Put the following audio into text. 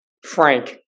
Frank